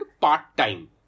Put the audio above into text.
part-time